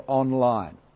online